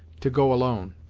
to go alone.